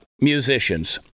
musicians